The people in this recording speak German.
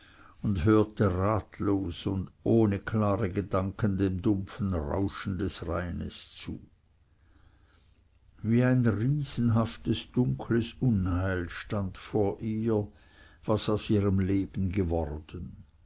und horte ratlos und ohne klare gedanken dem dumpfen rauschen des rheines zu wie ein riesenhaftes dunkles unheil stand vor ihr was aus ihrem leben geworden